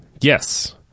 Yes